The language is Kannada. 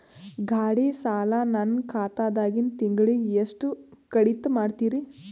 ಗಾಢಿ ಸಾಲ ನನ್ನ ಖಾತಾದಾಗಿಂದ ತಿಂಗಳಿಗೆ ಎಷ್ಟು ಕಡಿತ ಮಾಡ್ತಿರಿ?